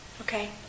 Okay